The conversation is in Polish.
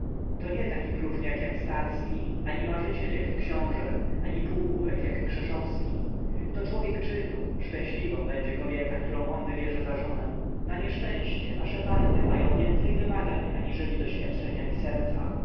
to nietaki próżniak jak starski ani marzyciel jak książe ani półgłówek jak krzeszowski to człowiek czynu szczęśliwą będzie kobieta którą on wybierze za żonę na nieszczęście nasze panny mają więcej wymagań aniżeli doświadczenia i serca